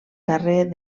darrer